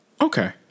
Okay